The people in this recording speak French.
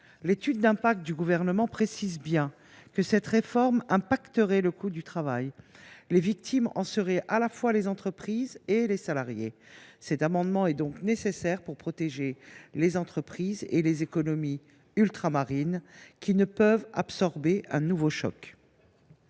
L’étude d’impact du gouvernement précise bien que cette réforme impacterait le coût du travail. Les victimes en seraient à la fois les entreprises et les salariés. L’adoption de cet amendement est donc nécessaire pour protéger les entreprises et les économies ultramarines, qui ne peuvent absorber un nouveau choc.